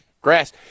grass